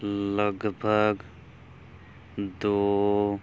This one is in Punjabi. ਲਗਭਗ ਦੋ